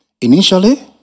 Initially